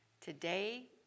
today